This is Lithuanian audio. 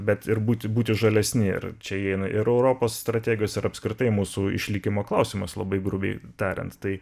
bet ir būti būti žalesni ir čia įeina ir europos strategijos ir apskritai mūsų išlikimo klausimas labai grubiai tariant tai